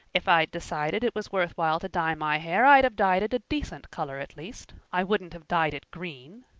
if i'd decided it was worth while to dye my hair i'd have dyed it a decent color at least. i wouldn't have dyed it green.